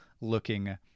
looking